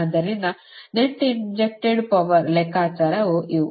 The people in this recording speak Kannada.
ಆದ್ದರಿಂದ ನೆಟ್ ಇಂಜೆಕ್ಟೆಡ್ ಪವರ್ ಲೆಕ್ಕಾಚಾರ ಇವು